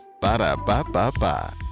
Ba-da-ba-ba-ba